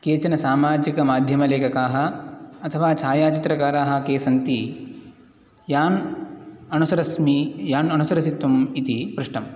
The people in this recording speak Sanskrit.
केचन सामाजिकमाध्यमलेखकाः अथवा छायाचित्रकाराः के सन्ति याम् अनुसरस्मि यान् अनुसरसि त्वम् इति पृष्टम्